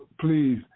please